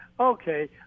Okay